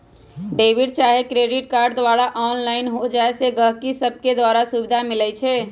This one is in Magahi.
डेबिट चाहे क्रेडिट कार्ड द्वारा ऑनलाइन हो जाय से गहकि सभके बड़ सुभिधा मिलइ छै